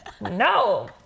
no